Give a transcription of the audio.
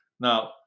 Now